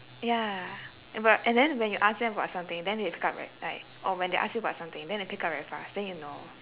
ya and but and then when you ask them about something then they pick up right like or when they ask you about something then they pick up very fast then you know